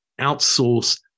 outsource